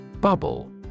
Bubble